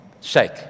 shake